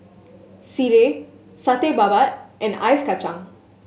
sireh Satay Babat and Ice Kachang